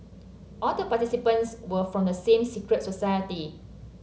all the participants were from the same secret society